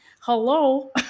hello